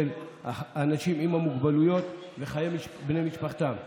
האנשים עם המוגבלויות ואת חיי ובני משפחתם.